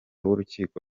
w’urukiko